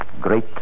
great